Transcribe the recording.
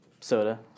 Soda